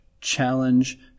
challenge